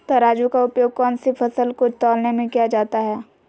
तराजू का उपयोग कौन सी फसल को तौलने में किया जाता है?